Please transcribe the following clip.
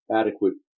adequate